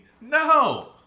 no